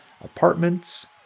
apartments